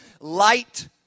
Light